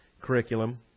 curriculum